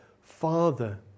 Father